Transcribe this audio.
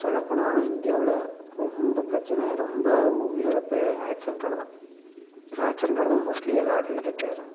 சொல்லப்போனால் இந்தியாவில் ரொம்ப பிரச்சனை ரொம்ப உயிரிழப்பு ஆக்சிரன்ட்டால தான் ஆக்சிரன்ட்டால தான் மோஸ்ட்லீ எல்லா இடத்துலயும் டெத் ஆயிடுறாங்க